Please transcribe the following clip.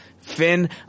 Finn